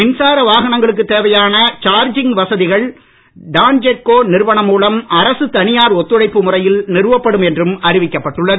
மின்சார வாகனங்களுக்குத் தேவையான சார்ஜிங் வசதிகள் டான்ஜெட்கோ நிறுவனம் மூலம் அரசு தனியார் ஒத்துழைப்பு முறையில் நிறுவப்படும் என்றும் அறிவிக்கப்பட்டுள்ளது